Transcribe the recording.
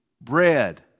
bread